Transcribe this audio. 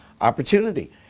opportunity